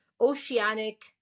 oceanic